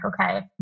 okay